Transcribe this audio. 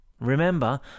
Remember